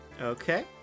Okay